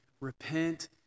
repent